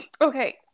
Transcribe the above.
Okay